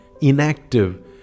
inactive